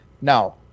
Now